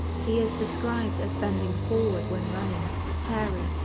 he is described as bending forward when running hairy,